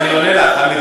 אני עונה לך.